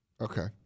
okay